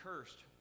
cursed